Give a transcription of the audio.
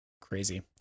Crazy